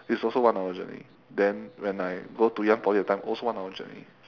it's also one hour journey then when I go to ngee ann poly that time also one hour journey